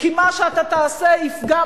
כי מה שאתה תעשה יפגע,